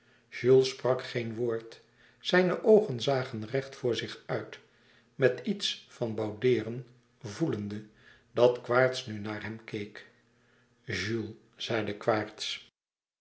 sprak geen woord zijne oogen zagen recht voor zich uit met iets van boudeeren voelende dat quaerts nu naar hem keek jules zei